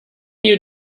you